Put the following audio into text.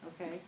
okay